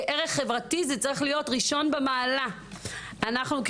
זה צריך להיות ראשון במעלה אנחנו,